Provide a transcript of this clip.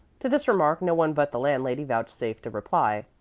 to this remark no one but the landlady vouchsafed a reply.